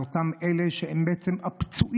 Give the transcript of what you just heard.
אותם אלה שהם הפצועים.